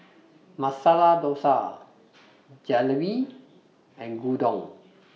Masala Dosa Jalebi and Gyudon